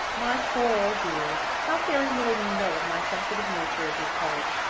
my poor old dear how very little you know of my sensitive nature, as you call it!